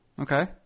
Okay